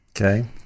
Okay